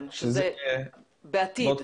בעתיד.